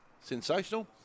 Sensational